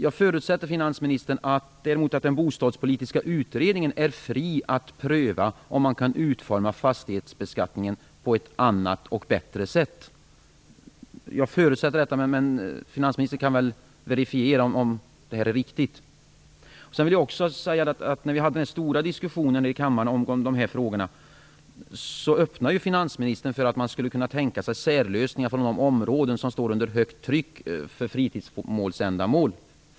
Jag förutsätter, finansministern, att den bostadspolitiska utredningen är fri att pröva om man kan utforma fastighetsbeskattningen på ett annat och bättre sätt. Jag förutsätter detta, men finansministern kan väl verifiera om det är riktigt. När vi hade den stora diskussionen i kammaren om dessa frågor öppnade finansministern för att man skulle kunna tänka sig särlösningar för de områden som står under högt tryck för fritidsändamål.